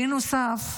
בנוסף,